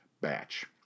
batch